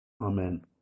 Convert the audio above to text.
Amen